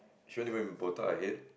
she went to go and botak her head